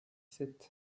sept